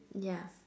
ya